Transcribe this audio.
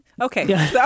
Okay